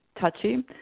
touchy